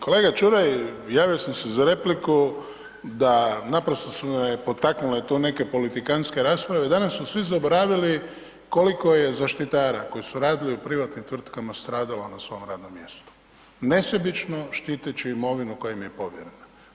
Kolega Čuraj, javio sam se za repliku da, naprosto su me potaknule tu neke politikanske rasprave, danas su svi zaboravili koliko je zaštitara koji su radili u privatnim tvrtkama stradalo na svom radnom mjestu nesebično štiteći imovinu koja im je povjerena.